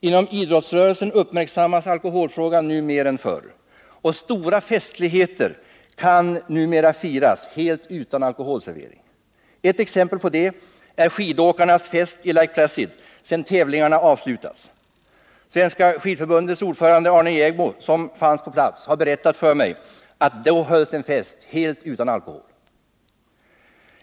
Inom idrottsrörelsen uppmärksammas nu alkoholfrågan mer än förr, och stora festligheter kan numera firas helt utan alkoholservering. Ett exempel på detta är skidåkarnas fest i Lake Placid efter det att tävlingarna hade avslutats. Svenska skidförbundets ordförande Arne Jägmo, som fanns på plats, har berättat för mig att den festen hölls helt utan alkohol.